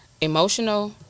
emotional